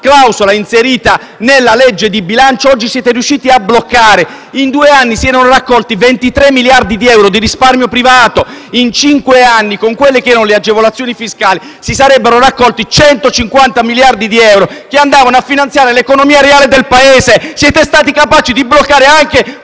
clausola inserita nella legge di bilancio oggi siete riusciti a bloccare. In due anni si erano raccolti 23 miliardi di euro di risparmio privato. In cinque anni, con quelle che erano le agevolazioni fiscali, si sarebbero raccolti 150 miliardi di euro, che andavano a finanziare l'economia reale del Paese. Siete stati capaci di bloccare anche